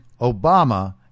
Obama